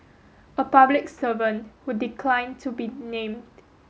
a public servant who declined to be named